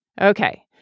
Okay